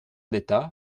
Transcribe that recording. d’état